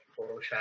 Photoshop